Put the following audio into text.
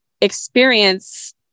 experience